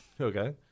okay